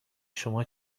شما